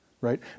right